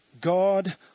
God